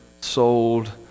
sold